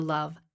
Love